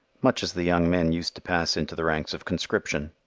much as the young men used to pass into the ranks of conscription.